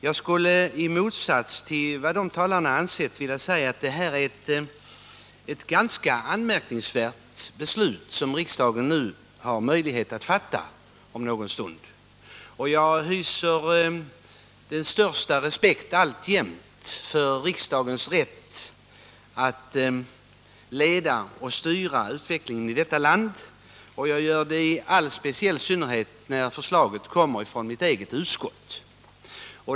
Jag skulle, i motsats till vad de talarna har anfört, vilja säga att det är ett ganska anmärkningsvärt beslut som riksdagen har möjlighet att fatta om en liten stund. Jag hyser alltjämt den största respekt för riksdagens rätt att leda och styra utvecklingen i detta land, och jag gör det i all synnerhet när förslagen kommer från mitt eget utskott.